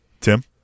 Tim